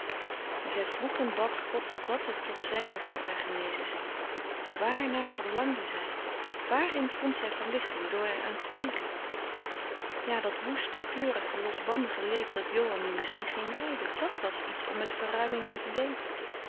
en zij vroeg en bad god wat het toch zijn mocht dat haar genezen zou waarnaar verlangde zij waarin vond zij verlichting door er aan te denken ja dat woeste kleurige losbandige leven dat johan nu misschien ging leiden dat was iets om met verruiming aan te denken